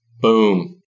Boom